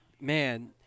Man